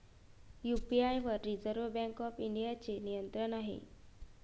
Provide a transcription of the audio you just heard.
UPI वर Reserve Bank of इंडियाचे नियंत्रण आहे